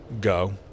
go